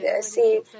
see